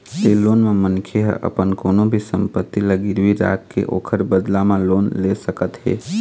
ए loan म मनखे ह अपन कोनो भी संपत्ति ल गिरवी राखके ओखर बदला म लोन ले सकत हे